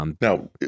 Now